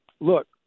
Look